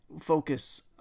focus